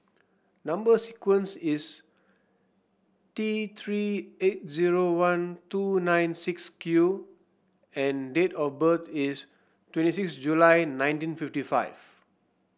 number sequence is T Three eight zero one two nine six Q and date of birth is twenty six July nineteen fifty five